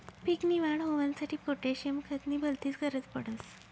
पीक नी वाढ होवांसाठी पोटॅशियम खत नी भलतीच गरज पडस